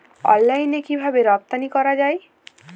অনলাইনে কিভাবে রপ্তানি করা যায়?